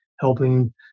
helping